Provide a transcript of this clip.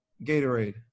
Gatorade